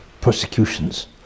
persecutions